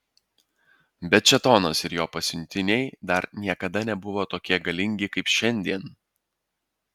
bet šėtonas ir jo pasiuntiniai dar niekada nebuvo tokie galingi kaip šiandien